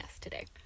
today